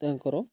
ତାଙ୍କର